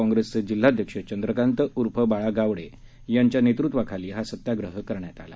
काँग्रेसचे जिल्हाध्यक्ष चंद्रकांत उर्फ बाळा गावडे यांच्या नेतृत्वाखाली हा सत्याग्रह करण्यात आला